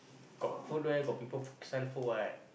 got food where got people sell food what